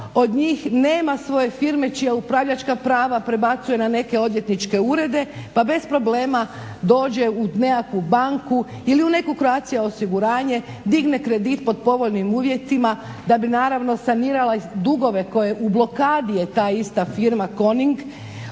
od njih nema svoje firme čija upravljačka prava prebacuje na neke odvjetničke urede pa bez problema dođe u nekakvu banku ili u neko Croatia osiguranje, digne kredit pod povoljnim uvjetima da bi naravno sanirala i dugove koje u blokadi je ta ista firma Koning